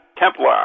Templar